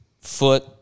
foot